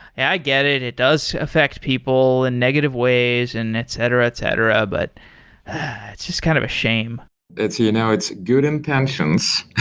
i get it. it does affect people in negative ways and etc, etc. but it's just kind of a shame it's you know it's good intentions